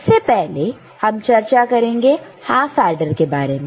सबसे पहले हम चर्चा करेंगे हाफ ऐडर के बारे में